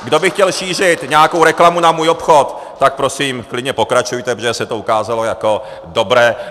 Kdo by chtěl šířit nějakou reklamu na můj obchod, tak prosím, klidně pokračujte, protože se to ukázalo jako dobré.